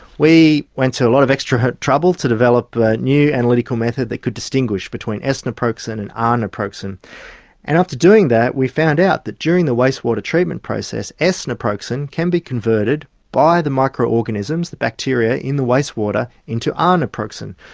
we went to a lot of extra trouble to develop a new analytical method that could distinguish between naproxen and ah naproxen and after doing that we found out that during the waste water treatment process naproxen can be converted by the micro organisms, the bacteria in the waste water, into ah naproxen,